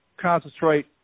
concentrate